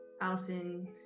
Alison